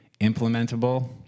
implementable